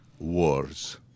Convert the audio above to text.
Wars